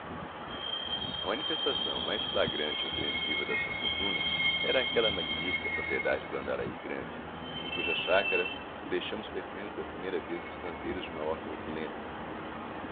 a manifestação mais flagrante e ostensiva da sua fortuna era aquela magnifica propriedade do andarai grande em cuja chácara o deixamos percorrendo pela primeira vez os canteiros de uma horta opulenta